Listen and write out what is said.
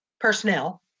personnel